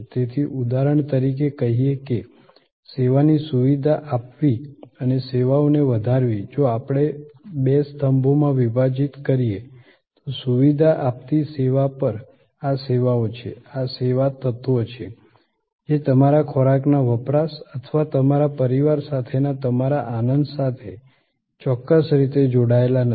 તેથી ઉદાહરણ તરીકે કહીએ કે સેવાની સુવિધા આપવી અને સેવાઓને વધારવી જો આપણે બે સ્તંભોમાં વિભાજીત કરીએ તો સુવિધા આપતી સેવા પર આ સેવાઓ છે આ સેવા તત્વો છે જે તમારા ખોરાકના વપરાશ અથવા તમારા પરિવાર સાથેના તમારા આનંદ સાથે ચોક્કસ રીતે જોડાયેલા નથી